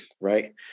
right